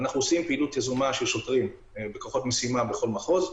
אנחנו עושים פעילות יזומה של שוטרים בכוחות משימה בכל מחוז,